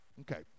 Okay